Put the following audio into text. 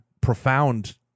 profound